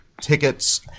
tickets